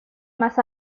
más